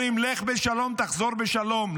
אומרים: לך בשלום, תחזור בשלום.